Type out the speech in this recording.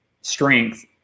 strength